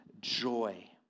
joy